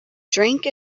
drink